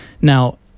Now